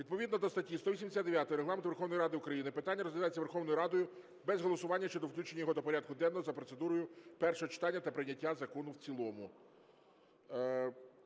Відповідно до статті 189 Регламенту Верховної Ради України питання розглядається Верховною Радою без голосування щодо включення його до порядку денного за процедурою перше читання та прийняття закону в цілому.